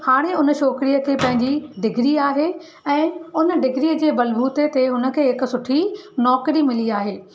हाणे हुन छोकिरीअ खे पंहिंजी डिग्री आहे ऐं उन डिग्री जे बलबूते ते उनखे हिकु सुठी नौकिरी मिली आहे